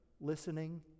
listening